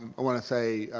i wanna say